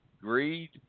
greed